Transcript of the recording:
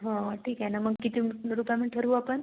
हो हो ठीक आहे नं मग किती रु रुपयामध्ये ठरवू आपण